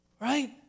Right